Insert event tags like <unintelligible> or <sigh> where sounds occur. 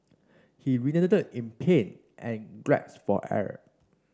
he writhed in pain and <unintelligible> for air